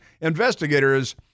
investigators